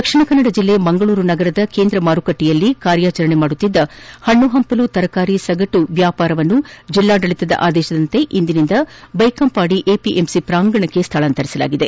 ದಕ್ಷಿಣ ಕನ್ನಡ ಜಿಲ್ಲೆ ಮಂಗಳೂರು ನಗರದ ಕೇಂದ್ರ ಮಾರುಕಟ್ಟೆಯಲ್ಲಿ ಕಾರ್ಯಾಚರಿಸುತ್ತಿದ್ದ ಹಣ್ಣಹಂಪಲು ಮತ್ತು ತರಕಾರಿ ಸಗಟು ವ್ಲಾಪಾರವನ್ನು ಜಿಲ್ಲಾಡಳಿತ ಆದೇಶದಂತೆ ಇಂದಿನಿಂದ ಬ್ಲೆಕಂಪಾಡಿ ಎಪಿಎಂಸಿ ಪ್ರಾಂಗಣಕ್ಕೆ ಸ್ವಳಾಂತರಿಸಲಾಗಿದೆ